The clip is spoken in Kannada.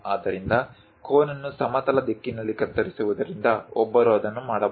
ಆದ್ದರಿಂದ ಕೋನ್ ಅನ್ನು ಸಮತಲ ದಿಕ್ಕಿನಲ್ಲಿ ಕತ್ತರಿಸುವುದರಿಂದ ಒಬ್ಬರು ಅದನ್ನು ಮಾಡಬಹುದು